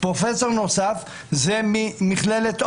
פרופסור נוסף הוא ממכללת אונו.